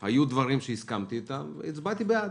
בוועדת הכספים היו דברים שהסכמתי איתם והצבעתי בעד.